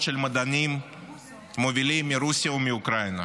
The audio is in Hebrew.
של מדענים מובילים מרוסיה ומאוקראינה,